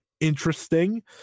interesting